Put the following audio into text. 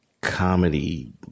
comedy